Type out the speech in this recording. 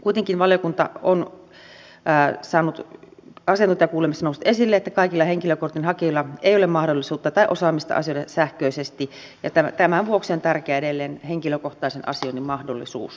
kuitenkin asiantuntijakuulemisissa on noussut esille että kaikilla henkilökortin hakijoilla ei ole mahdollisuutta tai osaamista asioida sähköisesti ja tämän vuoksi on tärkeää edelleen henkilökohtaisen asioinnin mahdollisuus